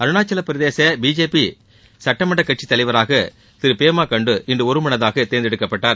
Arunachal Pradesh BJP சட்டமன்ற கட்சித் தலைவராக திரு பேமா கண்ட்டு இன்று ஒருமனதாக தேர்ந்தெடுக்கப்பட்டார்